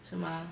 是吗